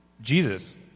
Jesus